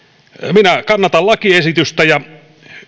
minä kannatan lakiesitystä ja